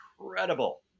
incredible